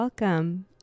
Welcome